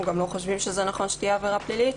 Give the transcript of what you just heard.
גם לא חושבים שזה נכון שתהיה עבירה פלילית.